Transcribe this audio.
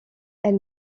elle